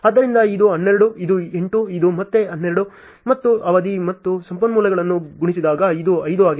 ಆದ್ದರಿಂದ ಇದು 12 ಇದು 8 ಇದು ಮತ್ತೆ 12 ಮತ್ತು ಅವಧಿ ಮತ್ತು ಸಂಪನ್ಮೂಲಗಳನ್ನು ಗುಣಿಸಿದಾಗ ಇದು 5 ಆಗಿದೆ